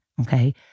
okay